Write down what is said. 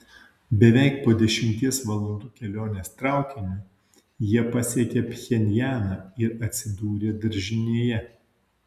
beveik po dešimties valandų kelionės traukiniu jie pasiekė pchenjaną ir atsidūrė daržinėje